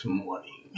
morning